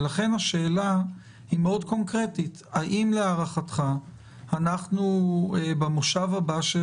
לכן השאלה היא קונקרטית מאוד: האם להערכתך במושב הבא של